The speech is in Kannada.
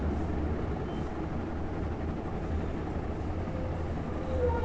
ಒಮ್ಮೆ ಪ್ಯಾರ್ಲಗಿಡಾ ಹಚ್ಚಿದ್ರ ನೂರವರ್ಷದ ತನಕಾ ಹಣ್ಣ ಬಿಡತಾವ